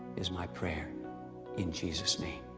is my prayer in jesus' name.